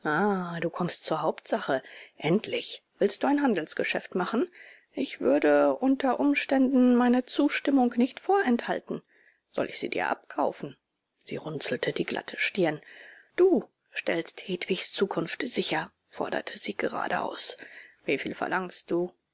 du kommst zur hauptsache endlich willst du ein handelsgeschäft machen ich würde unter umständen meine zustimmung nicht vorenthalten soll ich sie dir abkaufen sie runzelte die glatte stirn du stellst hedwigs zukunft sicher forderte sie geradeaus wieviel verlangst du